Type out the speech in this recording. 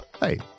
Hey